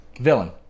Villain